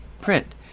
print